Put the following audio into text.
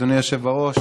אדוני היושב-ראש,